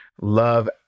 love